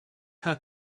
her